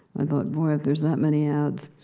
i thought, boy, if there's that many ads,